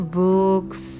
books